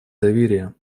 доверия